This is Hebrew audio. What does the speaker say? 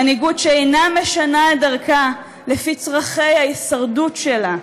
מנהיגות שאינה משנה את דרכה לפי צורכי ההישרדות שלה.